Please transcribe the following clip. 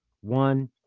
one